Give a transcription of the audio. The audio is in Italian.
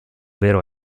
vero